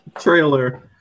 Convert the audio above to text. trailer